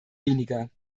weniger